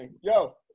Yo